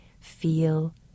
feel